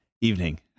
evening